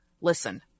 Listen